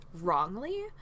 wrongly